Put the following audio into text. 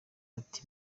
bati